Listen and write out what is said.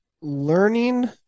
learning